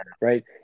right